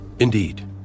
Indeed